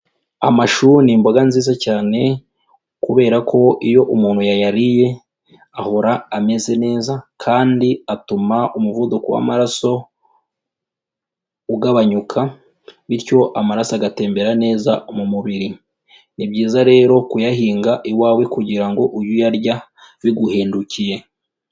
Amashu ni imboga nziza cyane kubera ko iyo umuntu yayariye ahora ameze neza kandi atuma umuvuduko w'amaraso ugabanyuka bityo amaraso agatembera neza mu mubiri, ni byiza rero kuyahinga iwawe kugira ngo ujye uyarya biguhendukiye.